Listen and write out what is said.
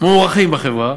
מוערכים בחברה